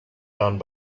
done